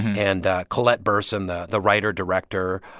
and colette burson, the the writer-director,